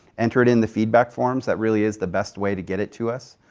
enter it in the feedback forums. that really is the best way to get it to us,